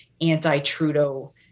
anti-Trudeau